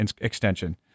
extension